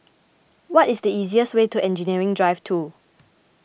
what is the easiest way to Engineering Drive two